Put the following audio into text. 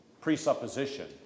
presupposition